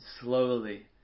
slowly